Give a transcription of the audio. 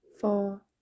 four